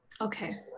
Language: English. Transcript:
Okay